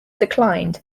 declined